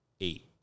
eight